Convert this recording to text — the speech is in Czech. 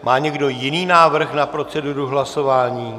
Má někdo jiný návrh na proceduru hlasování?